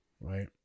right